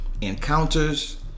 encounters